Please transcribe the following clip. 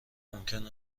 ممکن